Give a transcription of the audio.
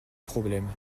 problème